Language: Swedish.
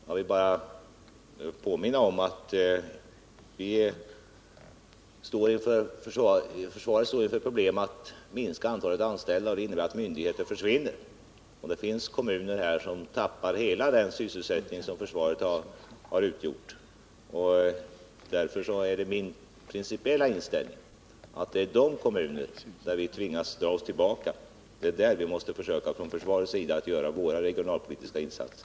Jag vill bara påminna om att försvaret nu står inför problemet att behöva minska antalet anställda. Det innebär att myndigheter försvinner, och det finns kommuner som tappar hela den sysselsättning som försvaret har utgjort. Därför är min principiella inställning att det är i de kommuner där vi tvingas dra oss tillbaka som vi från försvarets sida måste försöka göra våra regionalpolitiska insatser.